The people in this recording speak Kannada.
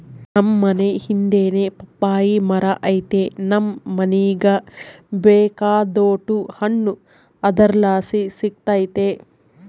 ನಮ್ ಮನೇ ಹಿಂದೆನೇ ಪಪ್ಪಾಯಿ ಮರ ಐತೆ ನಮ್ ಮನೀಗ ಬೇಕಾದೋಟು ಹಣ್ಣು ಅದರ್ಲಾಸಿ ಸಿಕ್ತತೆ